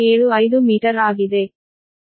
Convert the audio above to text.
0075 metre ಆಗಿದೆ